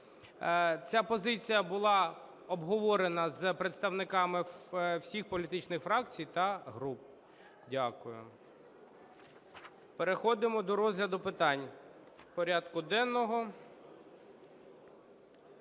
Ця позиція була обговорена з представниками всіх політичних фракцій та груп. Дякую. Переходимо до розгляду питань